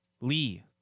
Lee